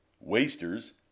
wasters